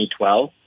2012